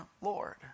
Lord